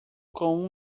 com